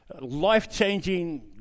Life-changing